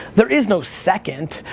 there is no second,